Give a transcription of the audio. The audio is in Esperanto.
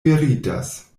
meritas